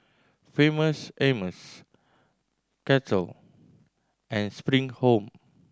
Famous Amos Kettle and Spring Home